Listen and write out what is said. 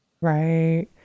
Right